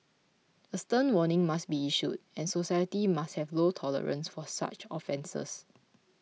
a stern warning must be issued and society must have low tolerance for such offences